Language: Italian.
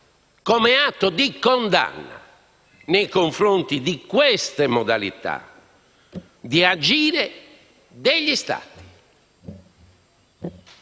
come atto di condanna nei confronti di queste modalità di agire degli Stati.